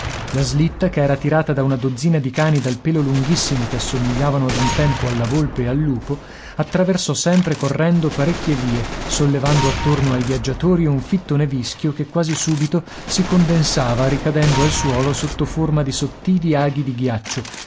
la slitta che era tirata da una dozzina di cani dal pelo lunghissimo che assomigliavano ad un tempo alla volpe e al lupo attraversò sempre correndo parecchie vie sollevando attorno ai viaggiatori un fitto nevischio che quasi subito si condensava ricadendo al suolo sotto forma di sottili aghi di ghiaccio